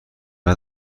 بعد